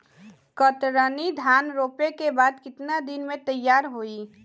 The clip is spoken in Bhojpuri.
कतरनी धान रोपे के बाद कितना दिन में तैयार होई?